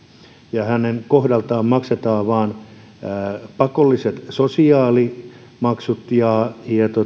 ja hänen kohdaltaan maksetaan vain pakolliset sosiaalimaksut ja